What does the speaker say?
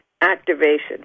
activation